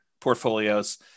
portfolios